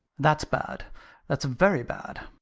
that's bad that's very bad.